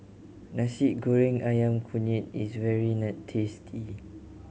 Nasi Goreng Ayam Kunyit is very tasty